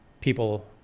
people